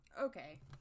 Okay